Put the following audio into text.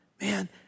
Man